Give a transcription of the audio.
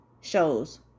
shows